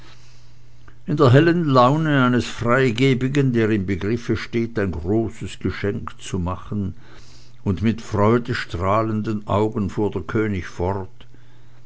in der hellen laune eines freigebigen der im begriffe steht ein großes geschenk zu machen und mit freudestrahlenden augen fuhr der könig fort